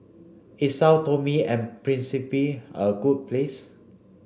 is Sao Tome and Principe a good place